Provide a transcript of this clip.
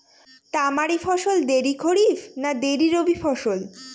তামারি ফসল দেরী খরিফ না দেরী রবি ফসল?